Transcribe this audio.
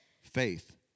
Faith